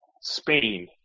Spain